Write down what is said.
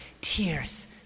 tears